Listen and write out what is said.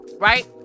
right